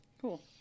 Cool